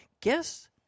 Guess